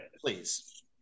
Please